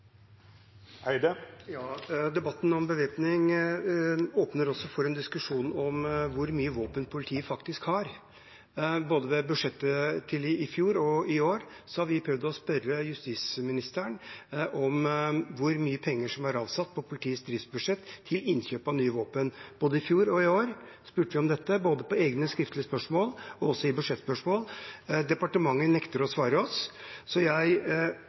diskusjon om hvor mye våpen politiet faktisk har. Ved budsjettet både i fjor og i år har vi prøvd å spørre justisministeren om hvor mye penger som er avsatt på politiets driftsbudsjett til innkjøp av nye våpen. Både i fjor og i år spurte vi om dette, både egne skriftlige spørsmål og budsjettspørsmål – departementet nekter å svare oss. Så